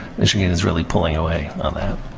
michigan is really pulling away on that.